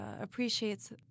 appreciates